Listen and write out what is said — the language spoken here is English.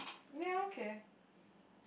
ya okay